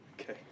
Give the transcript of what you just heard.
Okay